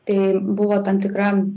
tai buvo tam tikra